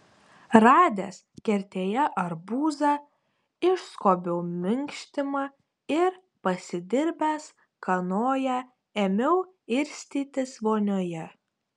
radęs kertėje arbūzą išskobiau minkštimą ir pasidirbęs kanoją ėmiau irstytis vonioje